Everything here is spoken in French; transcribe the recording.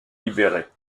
libéré